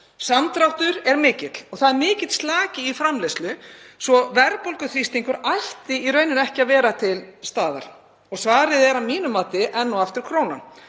Samdráttur er mikill og það er mikill slaki í framleiðslu svo að verðbólguþrýstingur ætti í rauninni ekki að vera til staðar. Svarið er að mínu mati enn og aftur krónan.